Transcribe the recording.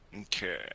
okay